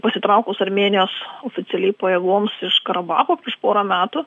pasitraukus armėnijos oficialiai pajėgoms iš karabacho prieš pora metų